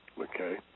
Okay